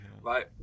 Right